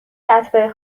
اتباع